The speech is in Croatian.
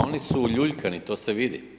Pa oni su uljuljkani, to se vidi.